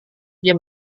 dia